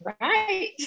Right